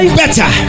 better